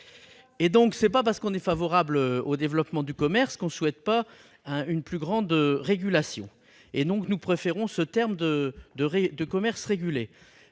» Ce n'est pas parce qu'on est favorable au développement du commerce qu'on ne souhaite pas une plus grande régulation. Nous préférons donc les termes « commerce régulé